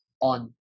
on